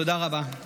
תודה רבה.